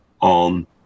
on